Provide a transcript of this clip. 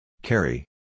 Carry